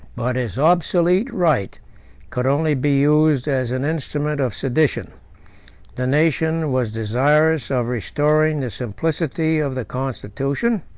but his obsolete right could only be used as an instrument of sedition the nation was desirous of restoring the simplicity of the constitution